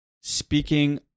Speaking